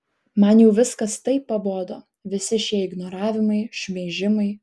man jau viskas taip pabodo visi šie ignoravimai šmeižimai